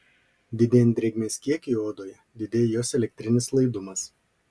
didėjant drėgmės kiekiui odoje didėja jos elektrinis laidumas